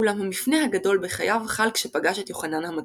אולם המפנה הגדול בחייו חל כשפגש את יוחנן המטביל.